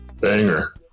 Banger